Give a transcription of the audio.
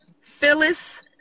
Phyllis